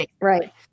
Right